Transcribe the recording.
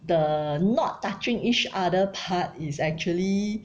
the not touching each other part is actually